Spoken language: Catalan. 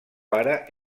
pare